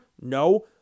No